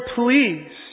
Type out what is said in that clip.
please